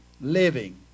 living